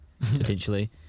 potentially